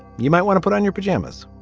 you might want to put on your pajamas